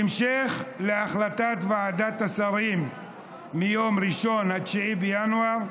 בהמשך להחלטת ועדת השרים מיום ראשון, 9 בינואר,